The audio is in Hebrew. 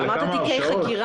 אמרת תיקי חקירה,